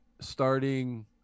starting